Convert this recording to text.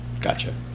Gotcha